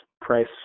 price